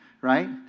right